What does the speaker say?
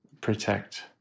protect